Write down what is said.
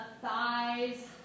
thighs